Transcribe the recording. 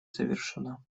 завершена